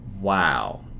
Wow